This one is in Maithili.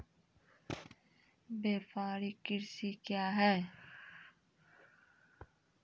व्यापारिक कृषि क्या हैं?